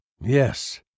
Yes